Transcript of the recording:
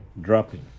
dropping